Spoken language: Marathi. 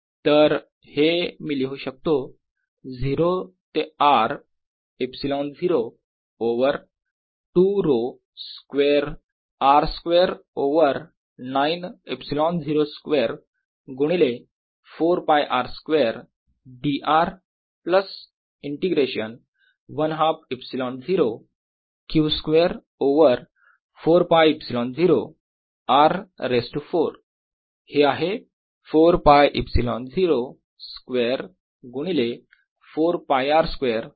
तर हे मी लिहू शकतो 0 ते R ε0 over 2 ρ square r square over 9 ε0 square गुणिले 4ㄫ r square dr plus integration 1 half ε0 Q square over 4ㄫ ε0 r raise to 4 हे आहे 4ㄫ ε0 स्क्वेअर गुणिले 4ㄫ r स्क्वेअर dr